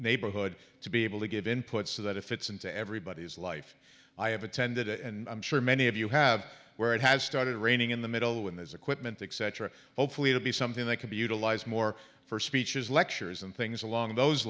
neighborhood to be able to give input so that if it's into everybody's life i have attended and i'm sure many of you have where it has started raining in the middle when there's equipment etc hopefully it'll be something that could be utilized more for speeches lectures and things along those